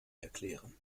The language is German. erklären